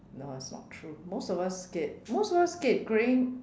no it's not true most of us get most of us get graying